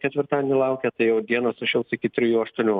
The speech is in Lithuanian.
ketvirtadienį laukia tai jau dieną sušils iki trijų aštuonių